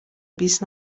بیست